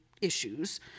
issues